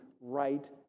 right